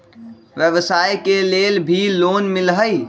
व्यवसाय के लेल भी लोन मिलहई?